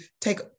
take